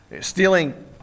Stealing